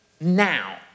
now